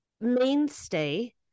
mainstay